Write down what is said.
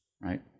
right